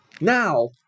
Now